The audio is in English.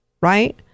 right